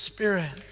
Spirit